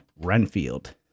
Renfield